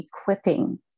equipping